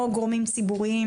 או גורמים ציבוריים,